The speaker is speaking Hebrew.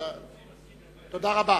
אני מסכים, תודה רבה.